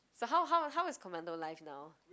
so how how how is commando life now